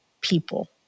people